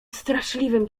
straszliwym